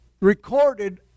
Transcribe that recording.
recorded